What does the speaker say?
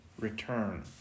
return